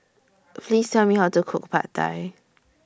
Please Tell Me How to Cook Pad Thai